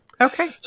Okay